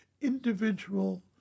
individual